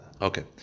Okay